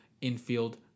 infield